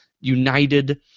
united